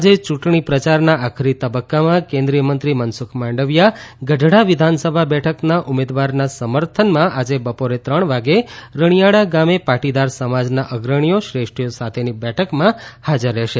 આજે ચૂંટણી પ્રચારના આખરી તબક્કામાં કેન્દ્રિય મંત્રી મનસુખ માંડવીયા ગઢડા વિધાનસભા બેઠકના ઉમેદવારના સમર્થનમાં આજે બપોરે ત્રણ વાગે રણીયાળા ગામે પાટીદાર સમાજના અગ્રણીઓ શ્રેષ્ઠીઓ સાથેની બેઠકમાં હાજર રહેશે